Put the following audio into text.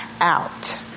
out